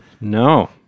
No